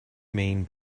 mean